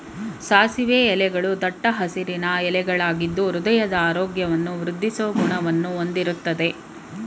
ಸಾಸಿವೆ ಎಲೆಗಳೂ ದಟ್ಟ ಹಸಿರಿನ ಎಲೆಗಳಾಗಿದ್ದು ಹೃದಯದ ಆರೋಗ್ಯವನ್ನು ವೃದ್ದಿಸೋ ಗುಣವನ್ನ ಹೊಂದಯ್ತೆ